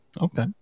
Okay